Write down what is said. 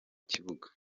kibuga